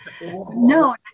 no